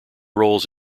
roles